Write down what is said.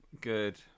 good